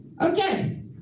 Okay